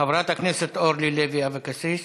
חברת הכנסת אורלי לוי אבקסיס.